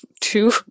two